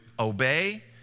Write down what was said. obey